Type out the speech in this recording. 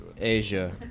Asia